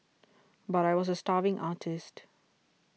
but I was a starving artist